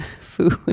food